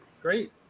great